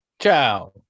Ciao